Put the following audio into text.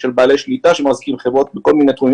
של בעלי שליטה בכל מיני תחומים,